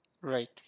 Right